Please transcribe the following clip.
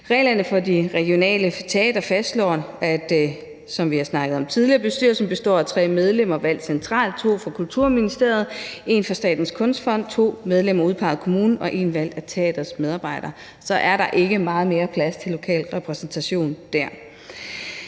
snakket om tidligere, at bestyrelsen består af tre medlemmer valgt centralt – to fra Kulturministeriet, en fra Statens Kunstfond – to medlemmer udpeget af kommunen og en valgt af teatrets medarbejdere. Så er der ikke meget mere plads til lokal repræsentation der.